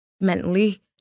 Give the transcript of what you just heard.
mentally